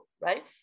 right